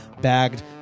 bagged